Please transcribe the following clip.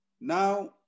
Now